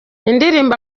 indirimbo